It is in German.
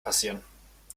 passieren